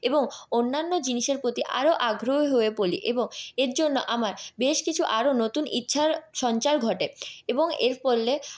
এবং অন্যান্য জিনিসের প্রতি আরও আগ্রহী হয়ে পড়ি এবং এর জন্য আমার বেশ কিছু আরো নতুন ইচ্ছার সঞ্চার ঘটে এবং এর ফলে